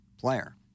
player